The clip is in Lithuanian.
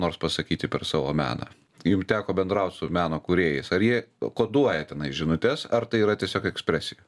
nors pasakyti per savo meną jum teko bendraut su meno kūrėjais ar jie koduoja tenais žinutes ar tai yra tiesiog ekspresija